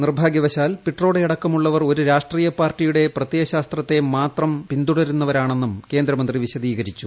നിർഭാഗൃവശാൽ പിട്രോഡയടക്കമുള്ള വർ ഒരു രാഷ്ട്രീയ പാർട്ടിയുടെ പ്രത്യയ ശാസ്ത്രത്തെ മാത്രം പിന്തുടരുന്നവരാണെന്നും കേന്ദ്രമന്ത്രി വിശദീകരിച്ചു